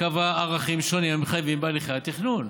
קבע ערכים שונים המחייבים בהליכי התכנון.